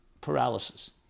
paralysis